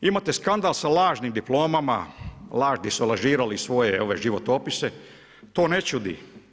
Imate skandala sa lažnim diplomama, di su lažirali svoje životopise, to ne čudi.